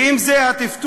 ואם זה הטפטוף,